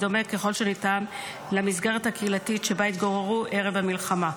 דומה ככל שניתן למסגרת הקהילתית שבה התגוררו ערב המלחמה,